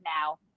now